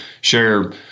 share